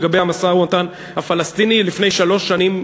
לגבי המשא-ומתן עם הפלסטינים: לפני שלוש שנים,